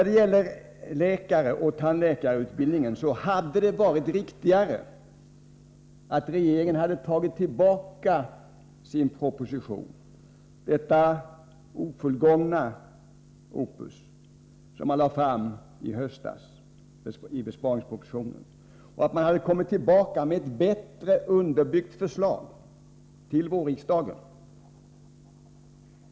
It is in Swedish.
Beträffande läkaroch tandläkarutbildningarna hade det varit riktigare av regeringen att återta sitt förslag, detta ofullgångna opus, som man lade fram i besparingspropositionen i höstas. Man skulle därefter ha återkommit med ett bättre underbyggt förslag till vårriksdagen.